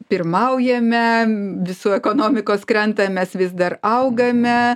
pirmaujame visų ekonomikos krenta mes vis dar augame